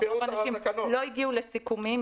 רוב האנשים לא הגיעו לסיכומים.